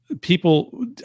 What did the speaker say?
people